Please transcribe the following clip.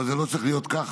אבל זה לא צריך להיות כך.